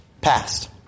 passed